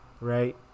right